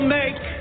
make